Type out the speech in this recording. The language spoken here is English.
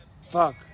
Fuck